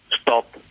stop